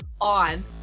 on